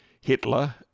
Hitler